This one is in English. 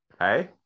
Hey